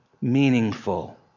meaningful